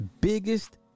biggest